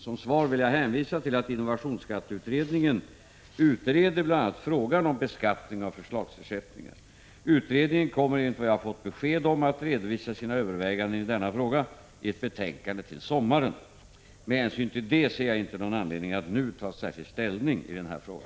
Som svar vill jag hänvisa till att innovationsskatteutredningen utreder bl.a. frågan om beskattning av förslagsersättningar. Utredningen kommer enligt vad jag har fått besked om att redovisa sina överväganden i denna fråga i ett betänkande till sommaren. Med hänsyn till detta ser jag inte någon anledning att nu ta särskild ställning i denna fråga.